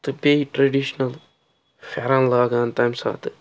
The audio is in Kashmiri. تہٕ بیٚیہِ ٹرٛیٚڈِشنَل پھٮ۪رَن لاگان تَمہِ ساتہٕ